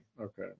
Okay